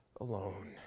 alone